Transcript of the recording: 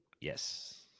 Yes